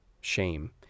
shame